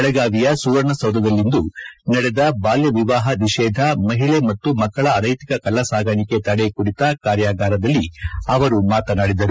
ಬೆಳಗಾವಿಯ ಸುವರ್ಣಸೌಧದಲ್ಲಿಂದು ನಡೆದ ಬಾಲ್ಯ ವಿವಾಹ ನಿಷೇಧ ಮಹಿಳೆ ಮತ್ತು ಮಕ್ಕಳ ಅನೈತಿಕ ಕಳ್ಳ ಸಾಗಾಣಿಕೆ ತಡೆ ಕುರಿತ ಕಾರ್ಯಾಗಾರದಲ್ಲಿ ಅವರು ಮಾತನಾಡಿದರು